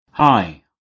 Hi